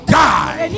die